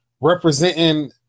Representing